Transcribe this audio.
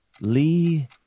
Lee